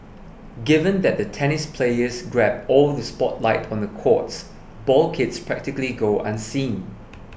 given that the tennis players grab all the spotlight on the courts ball kids practically go unseen